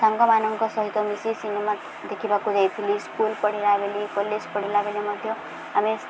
ସାଙ୍ଗମାନଙ୍କ ସହିତ ମିଶି ସିନେମା ଦେଖିବାକୁ ଯାଇଥିଲି ସ୍କୁଲ ପଢ଼ିଲା ବେଳେ କଲେଜ ପଢ଼ିଲା ବେଳେ ମଧ୍ୟ ଆମେ